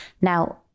Now